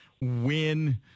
win